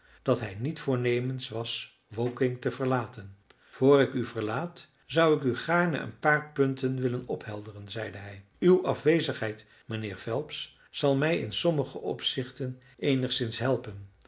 dat hij niet voornemens was woking te verlaten voor ik u verlaat zou ik u gaarne een paar punten willen ophelderen zeide hij uw afwezigheid mijnheer phelps zal mij in sommige opzichten eenigszins helpen